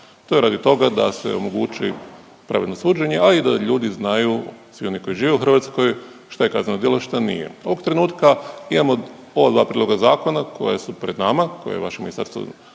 To je radi toga da se omogući pravedno suđenje, a i da ljudi znaju, svi oni koji žive u Hrvatskoj šta je kazneno djelo, što nije. Ovog trenutka imamo ova dva prijedloga zakona koja su pred nama, koje je vaše Ministarstvo